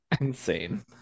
insane